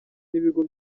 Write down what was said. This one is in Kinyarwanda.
n’ibigo